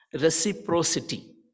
reciprocity